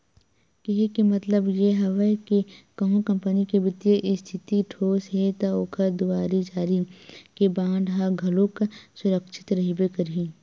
केहे के मतलब ये हवय के कहूँ कंपनी के बित्तीय इस्थिति ठोस हे ता ओखर दुवारी जारी के बांड ह घलोक सुरक्छित रहिबे करही